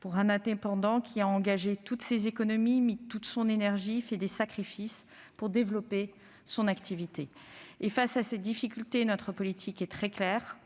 tant qu'indépendant, on a engagé toutes ses économies, mis toute son énergie et fait des sacrifices immenses pour développer son activité. Face à ces difficultés, notre politique est très claire